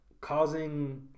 causing